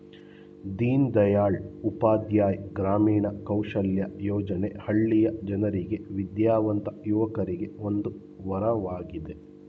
ದೀನದಯಾಳ್ ಉಪಾಧ್ಯಾಯ ಗ್ರಾಮೀಣ ಕೌಶಲ್ಯ ಯೋಜನೆ ಹಳ್ಳಿಯ ಜನರಿಗೆ ವಿದ್ಯಾವಂತ ಯುವಕರಿಗೆ ಒಂದು ವರವಾಗಿದೆ